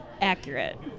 Accurate